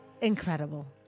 Incredible